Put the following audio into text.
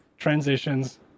Transitions